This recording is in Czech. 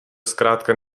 zkrátka